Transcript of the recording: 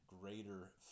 greater